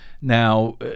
Now